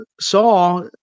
saw